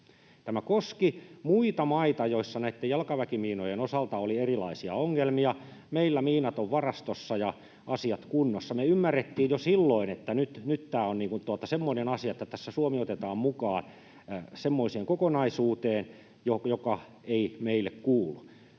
tämä koskee muita maita, joissa näitten jalkaväkimiinojen osalta on erilaisia ongelmia, meillä miinat ovat varastossa ja asiat kunnossa. Me ymmärrettiin jo silloin, että nyt tämä on semmoinen asia, että tässä Suomi otetaan mukaan semmoiseen kokonaisuuteen, joka ei meille kuulu.